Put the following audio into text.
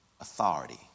authority